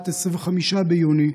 25 ביוני,